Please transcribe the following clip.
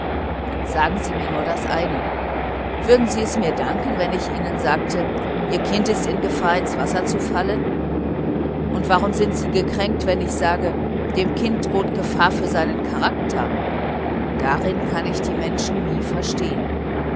sagen sie mir nur das eine warum würden sie es mir danken wenn ich ihnen sagte ihr kind ist in gefahr ins wasser zu fallen und warum sind sie gekränkt wenn ich sagte dem kind droht gefahr für seinen charakter darin kann ich die menschen nie verstehen